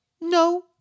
No